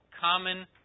common